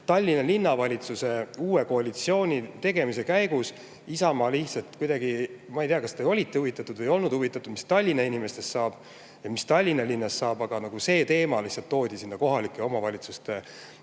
Tallinna Linnavalitsuse uue koalitsiooni tegemise käigus [käsitleti]. Isamaa lihtsalt kuidagi … Ma ei tea, kas te olite huvitatud või ei olnud huvitatud, mis Tallinna inimestest saab ja mis Tallinna linnast saab, aga see teema lihtsalt toodi sinna kohaliku omavalitsuse